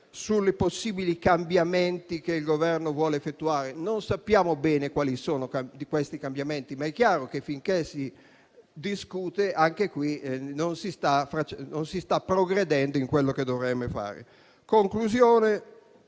sui possibili cambiamenti che il Governo vuole effettuare. Non sappiamo bene quali siano questi cambiamenti, ma è chiaro che, finché si discute, anche qui non si sta progredendo in quello che dovremmo fare. In conclusione,